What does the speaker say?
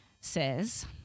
says